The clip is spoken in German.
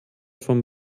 von